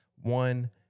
one